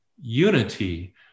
unity